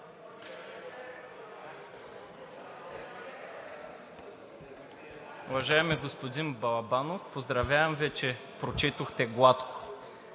Уважаеми господин Балабанов, поздравявам Ви, че прочетохте гладко